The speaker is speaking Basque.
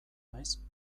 naiz